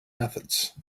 methods